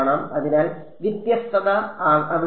അതിനാൽ വ്യത്യസ്തത അവിടെയില്ല